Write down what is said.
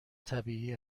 طبیعی